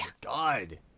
God